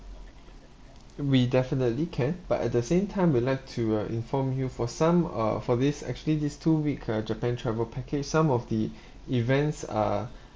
we definitely can but at the same time we like to uh inform you for some uh for this actually this two week uh japan travel package some of the events are